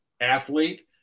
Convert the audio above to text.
athlete